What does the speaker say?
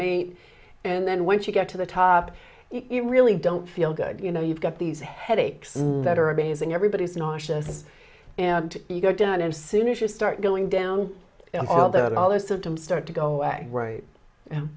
me and then once you get to the top you really don't feel good you know you've got these headaches that are amazing everybody is nauseous and you go down and soon as you start going down all that all those symptoms start to go right